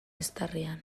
eztarrian